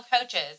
coaches